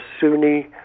Sunni